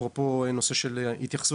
מבחינה ארגונית אפרופו הנושא של "יתייחסו